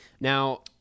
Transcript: Now